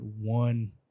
one